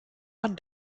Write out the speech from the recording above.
man